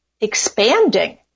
expanding